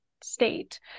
state